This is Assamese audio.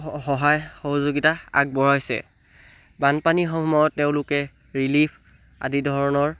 সহায় সহযোগিতা আগবঢ়াইছে বানপানীসময়ত তেওঁলোকে ৰিলিফ আদি ধৰণৰ